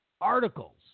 articles